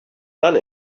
done